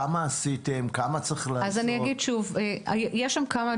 כמה עשיתם וכמה עוד צריך לעשות?